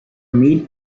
meat